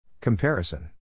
Comparison